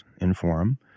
inform